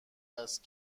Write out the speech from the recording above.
است